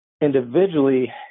individually